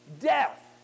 death